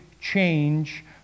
change